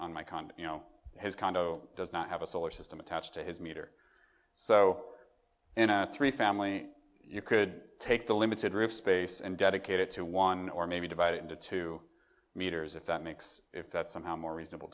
condo you know his condo does not have a solar system attached to his meter so three family you could take the limited roof space and dedicate it to one or maybe divide it into two meters if that makes if that's somehow more reasonable